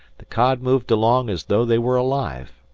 the cod moved along as though they were alive,